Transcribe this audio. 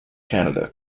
canada